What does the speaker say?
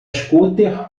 scooter